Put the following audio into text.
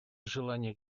желание